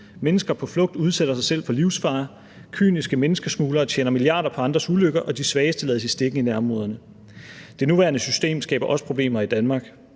Mennesker på flugt udsætter sig selv for livsfare. Kyniske menneskesmuglere tjener milliarder på andres ulykker. Og de svageste lades i stikken i nærområderne. Det nuværende system skaber også problemer i Danmark.